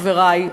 חברי,